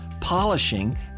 polishing